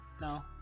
no